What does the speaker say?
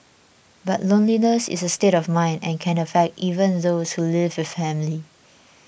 but loneliness is a state of mind and can affect even those who live with family